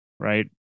right